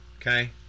Okay